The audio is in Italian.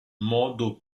modo